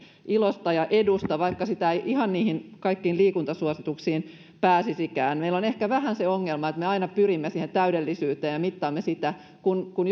ilosta ja edusta vaikka ei ihan niihin kaikkiin liikuntasuosituksiin pääsisikään meillä on ehkä vähän se ongelma että me aina pyrimme täydellisyyteen ja mittaamme sitä kun kun